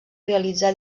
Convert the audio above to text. realitzà